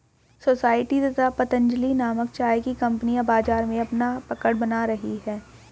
society तथा पतंजलि नामक चाय की कंपनियां बाजार में अपना पकड़ बना रही है